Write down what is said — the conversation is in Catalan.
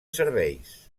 serveis